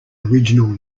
original